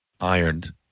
ironed